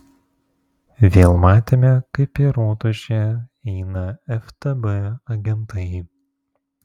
vėl matėme kaip į rotušę eina ftb agentai